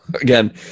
Again